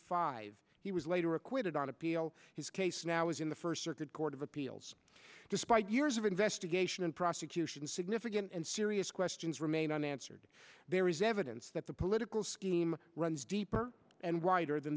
five he was later acquitted on appeal his case now is in the first circuit court of appeals despite years of investigation and prosecution significant and serious questions remain unanswered there is evidence that the political scheme runs deeper and wider than